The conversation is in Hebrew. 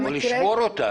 או לשבור אותה.